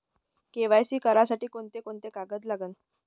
KYC करासाठी कोंते कोंते कागद लागन?